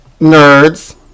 nerds